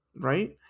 Right